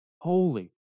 Holy